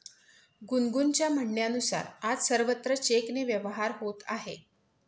गुनगुनच्या म्हणण्यानुसार, आज सर्वत्र चेकने व्यवहार होत आहे